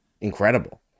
incredible